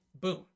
Boom